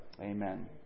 Amen